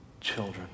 children